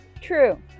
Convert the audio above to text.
True